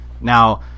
Now